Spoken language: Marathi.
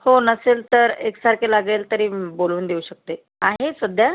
हो नसेल तर एकसारखे लागेल तरी बोलवून देऊ शकते आहे सध्या